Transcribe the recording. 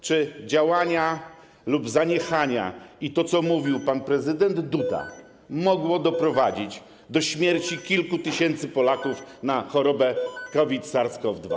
Czy działania lub zaniechania i to, co mówił pan prezydent Duda, mogło doprowadzić do śmierci kilku tysięcy Polaków na chorobę COVID, SARS-CoV-2?